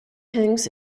hangs